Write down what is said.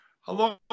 Hello